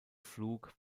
flug